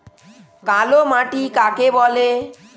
কালোমাটি কাকে বলে?